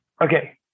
Okay